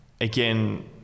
again